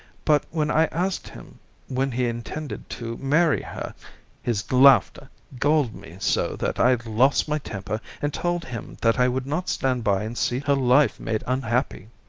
but when i asked him when he intended to marry her his laughter galled me so that i lost my temper and told him that i would not stand by and see her life made unhappy.